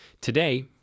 Today